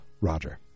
Roger